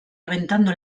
aventando